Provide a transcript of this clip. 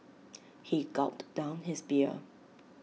he gulped down his beer